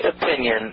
opinion